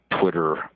Twitter